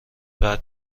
بعد